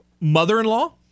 mother-in-law